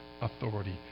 authority